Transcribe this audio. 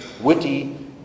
witty